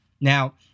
Now